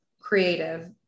creative